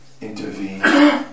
intervene